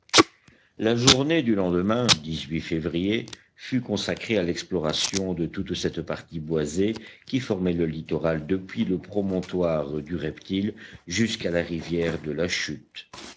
la journée du lendemain février fut consacrée à l'exploration de toute cette partie boisée qui formait le littoral depuis le promontoire du reptile jusqu'à la rivière de la chute